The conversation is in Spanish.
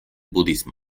budismo